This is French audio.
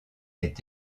est